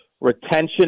retention